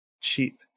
cheap